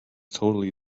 totally